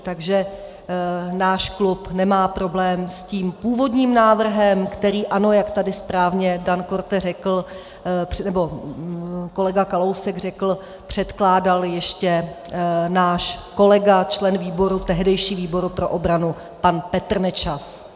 Takže náš klub nemá problém s tím původní návrhem, který, ano, jak tady správně Dan Korte řekl, nebo kolega Kalousek řekl, předkládal ještě náš kolega, člen tehdejšího výboru pro obranu pan Petr Nečas.